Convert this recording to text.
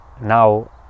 now